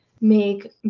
make